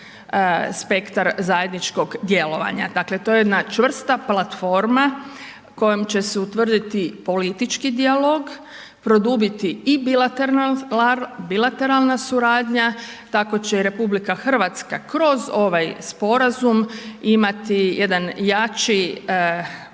spektar zajedničkog djelovanja. dakle to je jedna čvrsta platforma kojom će se utvrditi politički dijalog, produbiti i bilateralna suradnja, tako će i RH kroz ovaj sporazum imati jedan jači forum